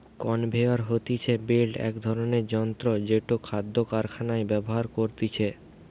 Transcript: conveyor হতিছে belt এক ধরণের যন্ত্র জেটো খাদ্য কারখানায় ব্যবহার করতিছে